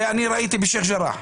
אני ראיתי בשייח' ג'ראח,